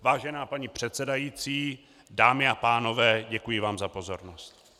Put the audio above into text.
Vážená paní předsedající, dámy a pánové, děkuji vám za pozornost.